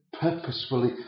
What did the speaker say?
purposefully